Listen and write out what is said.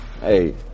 hey